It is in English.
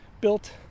built